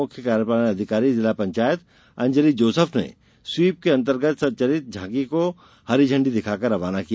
मुख्य कार्यपालन अधिकारी जिला पंचायत अंजलि जोसफ ने स्वीप के अंतर्गत चलित झांकी को हरी झंडी दिखाकर रवाना किया